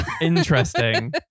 Interesting